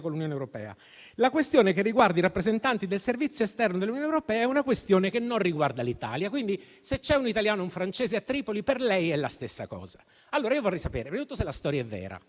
con l'Unione europea. Una questione riguardante i rappresentanti del servizio esterno dell'Unione europea è una questione che non riguarda l'Italia. Quindi, se a Tripoli c'è un italiano o un francese, per lei è la stessa cosa. Io vorrei sapere, innanzitutto, se la storia è vera;